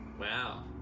Wow